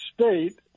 state